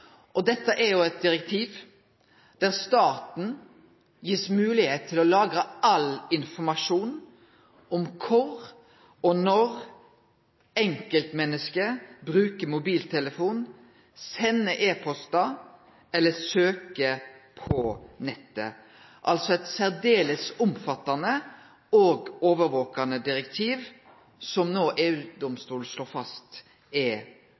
Dette er eit direktiv der staten blir gitt moglegheit til å lagre all informasjon om kvar og når enkeltmenneske brukar mobiltelefon, sender e-postar eller søkjer på nettet – altså eit særdeles omfattande og overvakande direktiv som no EU-domstolen slår fast er